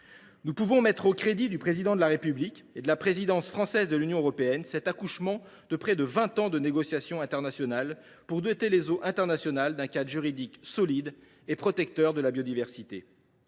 Nous pouvons mettre au crédit du Président de la République et de la présidence française de l’Union européenne l’accouchement, après près de vingt ans de négociations internationales, de cet accord visant à doter les eaux internationales d’un cadre juridique solide et protecteur de la biodiversité.